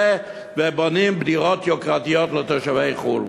ובונים דירות יוקרתיות לתושבי חו"ל?